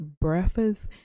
breakfast